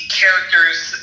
characters